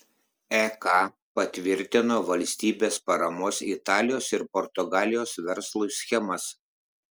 ek patvirtino valstybės paramos italijos ir portugalijos verslui schemas